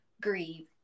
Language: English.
grieve